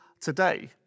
today